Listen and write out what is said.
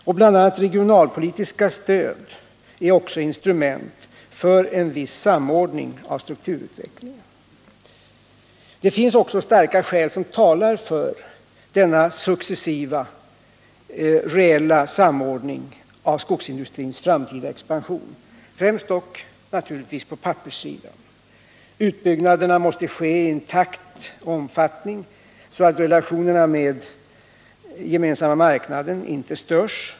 och bl.a. regionalpolitiska stöd instrument för en vi Det finns skäl som talar för denna successiva. reella samordning av skogsindustrins framtida expansion, främst dock naturligtvis på papperssidan: 1. Utbyggnaden måste ske i en sådan takt och omfattning att relationerna med gemensamma marknaden inte störs. 2.